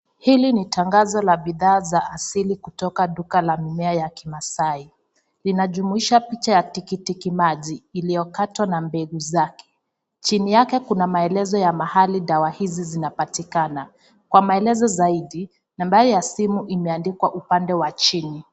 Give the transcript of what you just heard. Hili ni tangazo la bidhaa za asili kutoka duka la mimea ya kimasai. Linajumuisha picha ya tikitimaji iliyokatwa na mbegu zake. Chini yake kuna maelezo ya mahali dawa hizi zinapatikana. Kwa maelezo zaidi nambari ya simu imeandikwa upande wa chini.